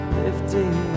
lifting